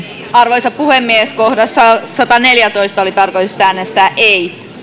arvoisa puhemies kohdassa sataneljätoista oli tarkoitus äänestää ei